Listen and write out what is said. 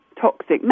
toxic